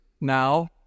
now